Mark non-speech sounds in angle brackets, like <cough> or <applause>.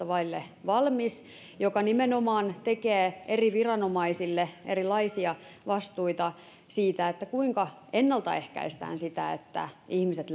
<unintelligible> vaille valmis joka nimenomaan tekee eri viranomaisille erilaisia vastuita siitä kuinka ennaltaehkäistään sitä että ihmiset <unintelligible>